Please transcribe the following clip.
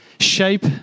Shape